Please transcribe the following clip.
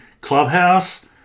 clubhouse